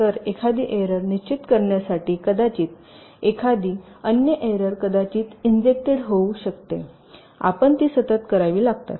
तर एखादी एरर निश्चित करण्यासाठी कदाचित एखादी अन्य एरर कदाचित इंजेक्टेड येऊ शकते आपण ती सतत करावी लागतात